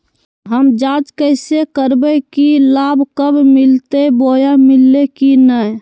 हम जांच कैसे करबे की लाभ कब मिलते बोया मिल्ले की न?